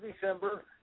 December